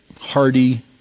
hardy